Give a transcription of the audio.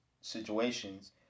situations